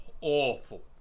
awful